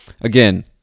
again